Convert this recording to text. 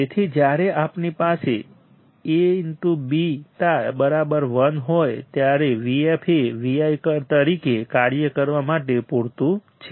તેથી જ્યારે આપણી પાસે Aβ1 હોય ત્યારે આપણે Vf એ Vi તરીકે કાર્ય કરવા માટે પૂરતું છે